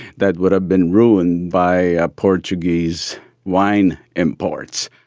that would have been ruined by ah portuguese wine imports.